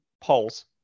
polls